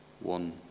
one